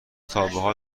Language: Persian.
تابحال